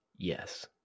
Yes